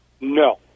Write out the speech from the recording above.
No